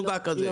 לא, לא.